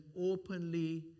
openly